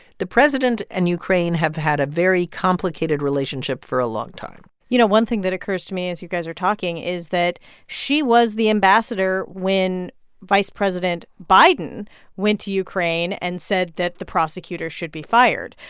the president and ukraine have had a very complicated relationship for a long time you know, one thing that occurs to me is you guys are talking is that she was the ambassador when vice president biden went to ukraine and said that the prosecutor should be fired.